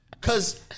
cause